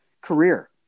career